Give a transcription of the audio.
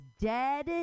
dead